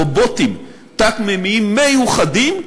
רובוטים תת-מימיים מיוחדים,